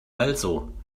also